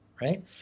right